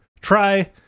try